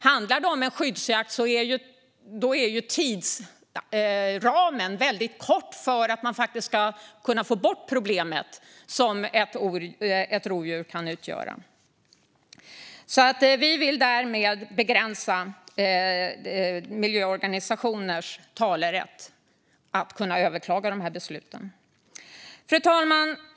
Handlar det om en skyddsjakt är ju tidsramen väldigt kort för att faktiskt kunna få bort problemet som ett rovdjur kan utgöra. Vi vill därför begränsa miljöorganisationers talerätt att överklaga de här besluten. Fru talman!